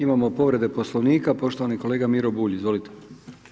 Imamo povrede poslovnika, poštovani kolega Miro Bulj, izvolite.